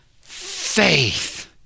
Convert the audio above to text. Faith